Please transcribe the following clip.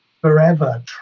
Forever